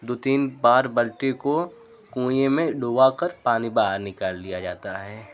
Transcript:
दू तीन बार बाल्टी को कुएँ में डूबा कर पानी बाहर निकाल लिया जाता है